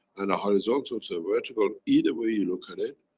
and a horizontal to a vertical either way you look at it.